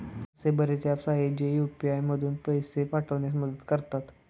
असे बरेच ऍप्स आहेत, जे यू.पी.आय मधून पैसे पाठविण्यास मदत करतात